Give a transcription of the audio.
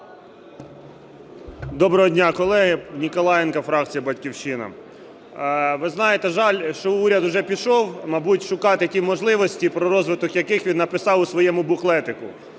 Доброго дня, колеги! Ніколаєнко, фракція "Батьківщина". Ви знаєте, на жаль, уряд вже пішов, мабуть, шукати ті можливості, про розвиток яких він написав у своєму буклетику.